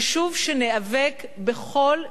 חשוב שניאבק בכל ניסיון,